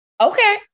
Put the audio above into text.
Okay